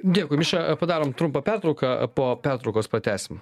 dėkui miša padarom trumpą pertrauką po pertraukos pratęsim